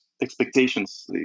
expectations